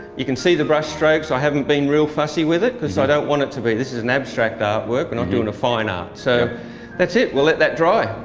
you can see the brush strokes, i haven't been real fussy with it cause i don't want to be. this is an abstract art work, i'm not doing a fine art. so that's it we'll let that dry.